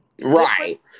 Right